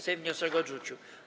Sejm wniosek odrzucił.